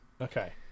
Okay